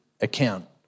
account